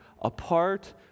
apart